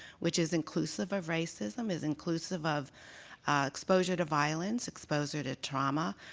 which is inclusive of racism, is inclusive of exposure to violence, exposure to trauma,